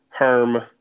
Herm